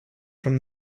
from